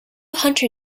hunter